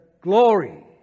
Glory